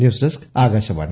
news desk Akashvani